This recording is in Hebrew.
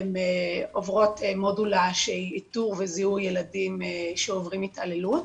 הן עוברות מודולה של איתור וזיהוי ילדים שעוברים התעללות,